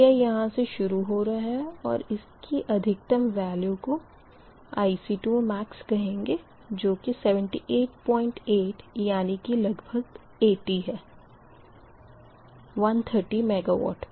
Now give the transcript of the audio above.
यह यहाँ से शुरू हो रहा है और इसकी अधिकतम वेल्यू को IC2max कहेंगे जो कि 788 यानी कि लगभग 80 है 130 MW पर